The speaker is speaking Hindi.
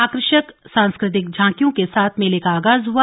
आकर्षक सांस्कृतिक झांकियों के साथ मेले का आगाज हआ